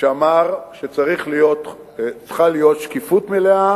שאמר שצריכים להיות שקיפות מלאה